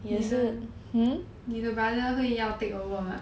你的 brother 会要 take over mah